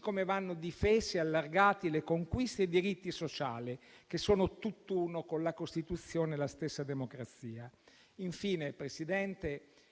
come vanno difesi e allargati le conquiste e i diritti sociali, che sono tutt'uno con la Costituzione e la stessa democrazia. Infine, Presidente,